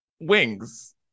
wings